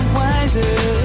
wiser